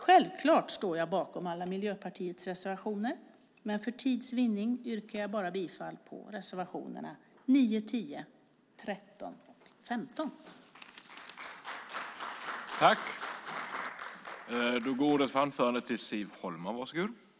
Självklart står jag bakom alla Miljöpartiets reservationer, men för tids vinnande yrkar jag bara bifall till reservationerna 9, 10, 13 och 15.